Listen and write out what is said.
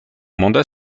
mandat